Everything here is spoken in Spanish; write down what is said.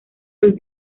los